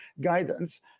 guidance